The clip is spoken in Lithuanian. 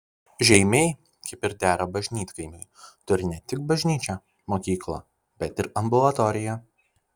žeimiai kaip ir dera bažnytkaimiui turi ne tik bažnyčią mokyklą bet ir ambulatoriją